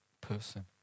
person